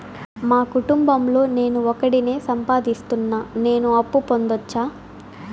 మా కుటుంబం లో నేను ఒకడినే సంపాదిస్తున్నా నేను అప్పు పొందొచ్చా